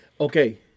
Okay